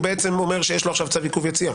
בעצם אומר שיש לו עכשיו צו עיכוב יציאה?